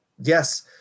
Yes